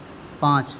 پانچ